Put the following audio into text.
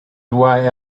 why